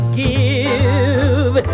give